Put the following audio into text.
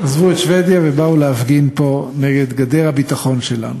עזבו את שבדיה ובאו להפגין פה נגד גדר הביטחון שלנו.